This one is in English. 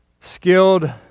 skilled